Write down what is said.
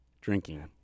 drinking